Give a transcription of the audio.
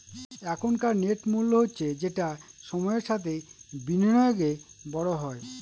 এখনকার নেট মূল্য হচ্ছে যেটা সময়ের সাথে বিনিয়োগে বড় হয়